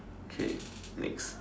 okay next